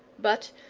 but,